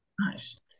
nice